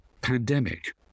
pandemic